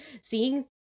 seeing